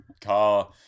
car